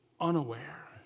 unaware